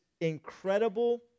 incredible